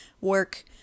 work